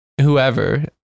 whoever